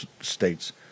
states